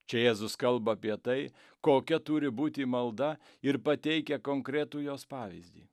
čia jėzus kalba apie tai kokia turi būti malda ir pateikia konkretų jos pavyzdį